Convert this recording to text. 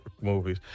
movies